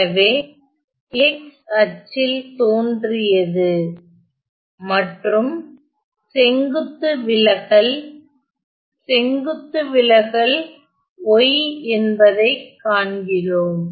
எனவே x அச்சில் தோன்றியது மற்றும் செங்குத்து விலகல் செங்குத்து விலகல் y என்பதைக் காண்கிறோம்